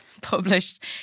Published